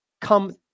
come